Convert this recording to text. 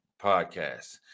Podcast